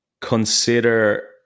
consider